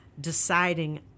deciding